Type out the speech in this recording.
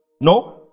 no